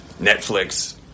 Netflix